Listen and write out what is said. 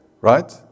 right